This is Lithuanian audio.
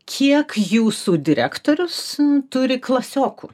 kiek jūsų direktorius turi klasiokų